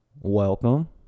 welcome